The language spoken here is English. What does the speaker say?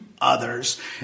others